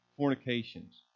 fornications